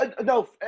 no